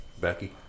Becky